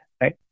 right